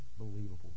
unbelievable